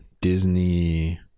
disney